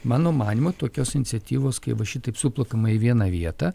mano manymu tokios iniciatyvos kai va šitaip suplakama į vieną vietą